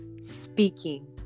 speaking